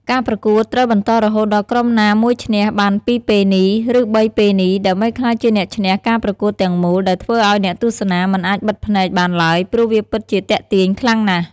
ការប្រកួតត្រូវបន្តរហូតដល់ក្រុមណាមួយឈ្នះបានពីរប៉េនី ឬ៣ប៉េនីដើម្បីក្លាយជាអ្នកឈ្នះការប្រកួតទាំងមូលដែលធ្វើឲ្យអ្នកទស្សនាមិនអាចបិទភ្នែកបានឡើយព្រោះវាពិតជាទាក់ទាញខ្លាំងណាស់។